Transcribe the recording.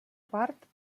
part